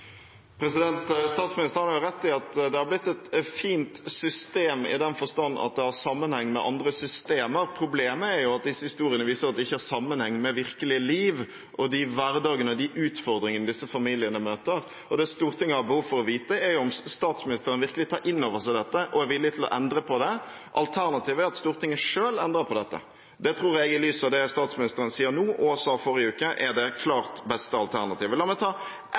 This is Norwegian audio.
Statsministeren har rett i at det har blitt et fint system, i den forstand at det har sammenheng med andre systemer. Problemet er at disse historiene viser at det ikke har sammenheng med det virkelige liv, de hverdagene og de utfordringene disse familiene møter. Det Stortinget har behov for å vite, er om statsministeren virkelig vil ta dette inn over seg og er villig til å endre på det. Alternativet er at Stortinget selv endrer på det. Det tror jeg – i lys av det statsministeren nå sier, og det hun sa i forrige uke – er det klart beste alternativet. La meg ta